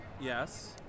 Yes